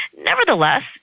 nevertheless